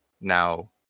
now